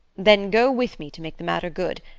then go with me to make the matter good.